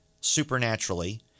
supernaturally